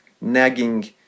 nagging